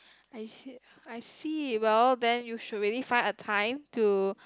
like you said I see well then you should really find a time to